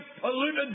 polluted